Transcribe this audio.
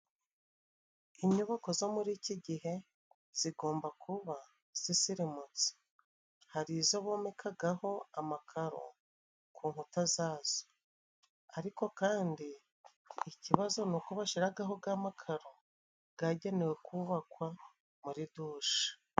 Inyubako zo muri iki gihe zigomba kuba zisirimutse. Hari izo bomekagaho amakaro ku nkuta zazo， ariko kandi ikibazo ni uko bashiragaho ga makaro gagenewe kubakwa muri dushe.